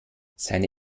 seine